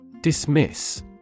Dismiss